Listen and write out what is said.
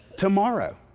tomorrow